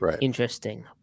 interesting